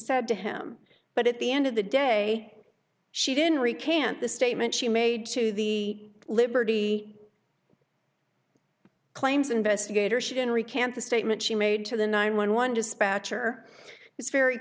said to him but at the end of the day she didn't recant the statement she made to the liberty claims investigator she didn't recant the statement she made to the nine one one dispatcher it's very